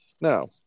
Now